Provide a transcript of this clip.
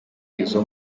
izo